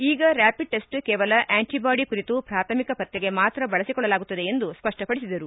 ಈಗ rapid test ಕೇವಲ antibody ಕುರಿತು ಪ್ರಾಥಮಿಕ ಪತ್ತೆಗೆ ಮಾತ್ರ ಬಳಸಿಕೊಳ್ಳಲಾಗುತ್ತದೆ ಎಂದು ಸ್ಪಷ್ಟಪಡಿಸಿದರು